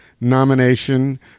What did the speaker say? nomination